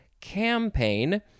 campaign